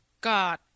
God